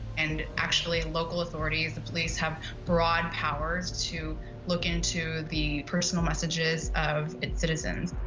and actually, local authorities, the police, have broad powers to look into the personal messages of its citizens.